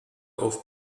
auf